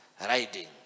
Riding